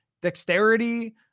dexterity